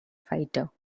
fighter